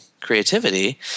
creativity